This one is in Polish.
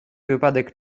wypadek